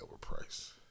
overpriced